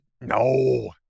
No